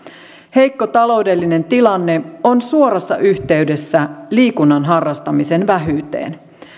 heikko taloudellinen tilanne on suorassa yhteydessä liikunnan harrastamisen vähyyteen